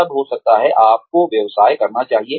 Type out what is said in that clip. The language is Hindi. तब हो सकता है आपको व्यवसाय करना चाहिए